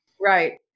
right